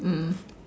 mm